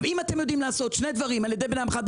אם אתם יודעים לעשות שני דברים על ידי בן אדם אחד,